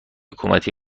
حکومتی